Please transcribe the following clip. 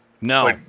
No